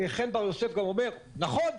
חן בר יוסף גם אומר: נכון,